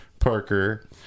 Parker